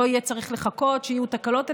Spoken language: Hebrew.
לא יהיה צריך לחכות שיהיו תקלות,